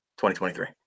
2023